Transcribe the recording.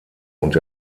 und